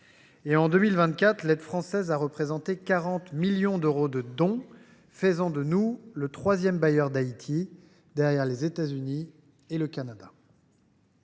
En 2024, l’aide française a représenté 40 millions d’euros de dons, faisant de nous le troisième bailleur d’Haïti, derrière les États Unis et le Canada.